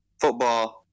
Football